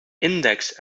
index